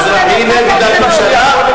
האזרחי, נגד הממשלה.